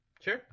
Sure